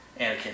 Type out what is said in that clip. Anakin